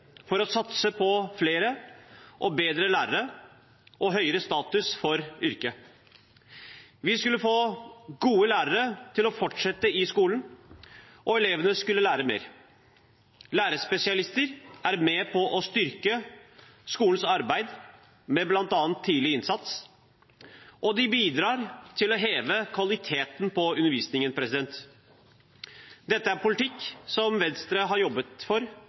for å satse på flere og bedre lærere og høyere status for yrket. Vi skulle få gode lærere til å fortsette i skolen, og elevene skulle lære mer. Lærerspesialister er med på å styrke skolens arbeid med bl.a. tidlig innsats, og de bidrar til å heve kvaliteten på undervisningen. Dette er en politikk som Venstre har jobbet for